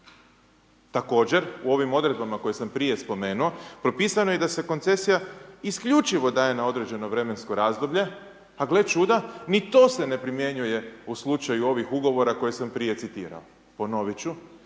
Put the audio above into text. Također, u ovim odredbama koje sam prije spomenuo, propisano je da se koncesija isključivo daje na određeno vremensko razdoblje, a gle čuda, ni to se ne primijenjuje u slučaju ovih ugovora koje sam prije citirao. Ponovit